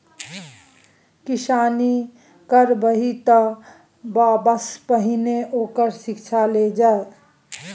किसानी करबही तँ बबासँ पहिने ओकर शिक्षा ल लए